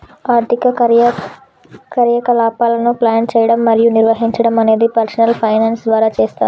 ఆర్థిక కార్యకలాపాలను ప్లాన్ చేయడం మరియు నిర్వహించడం అనేది పర్సనల్ ఫైనాన్స్ ద్వారా చేస్తరు